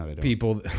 people